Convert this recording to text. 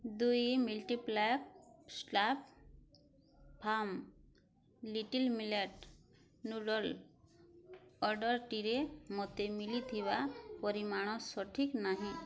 ଦୁଇ ପ୍ଳାକ୍ Slurp Farm little millet noodle ଅର୍ଡ଼ର୍ଟିରେ ମୋତେ ମିଲିଥିବା ପରିମାଣ ସଠିକ୍ ନାହିଁ